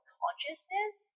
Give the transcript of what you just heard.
consciousness